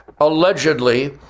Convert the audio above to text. allegedly